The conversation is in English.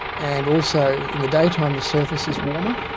and also in the daytime the surface is warmer,